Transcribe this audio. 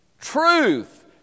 truth